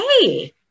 Hey